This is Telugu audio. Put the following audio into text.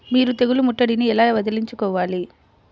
మీరు తెగులు ముట్టడిని ఎలా వదిలించుకోవాలి?